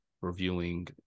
reviewing